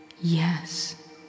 yes